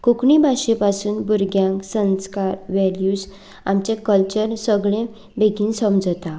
कोंकणी भाशे पासून भुरग्यांक संस्कार वेल्यूस आमचे कल्चर सगलें बेगीन समजता